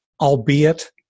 albeit